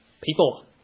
people